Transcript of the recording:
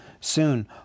Soon